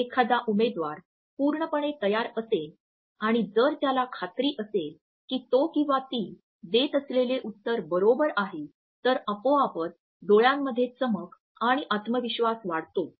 जर एखादा उमेदवार पूर्णपणे तयार असेल आणि जर त्याला खात्री असेल की तो किंवा ती देत असलेले उत्तर बरोबर आहे तर आपोआपच डोळ्यांमध्ये चमक आणि आत्मविश्वास वाढतो